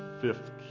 fifth